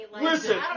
Listen